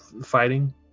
fighting